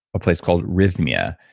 a place called rythmia.